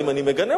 אם אני מגנה,